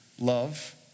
love